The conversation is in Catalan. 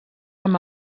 amb